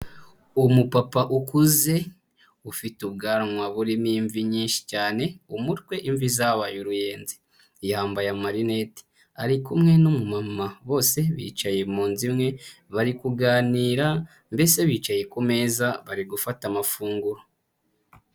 Umupapa ukuze ufite ubwanwa burimo imvi nyinshi cyane, umutwe imvi zabaye uruyenzi, yambaye amarineti, ari kumwe n'umumama bose bicaye mu nzu imwe bari kuganira, mbese bicaye ku meza bari gufata amafunguro.